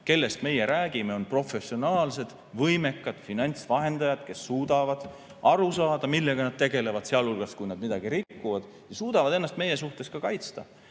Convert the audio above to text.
Kellest meie räägime, on professionaalsed, võimekad finantsvahendajad, kes suudavad aru saada, millega nad tegelevad, sealhulgas, kui nad midagi rikuvad, ja suudavad ennast meie suhtes ka kaitsta.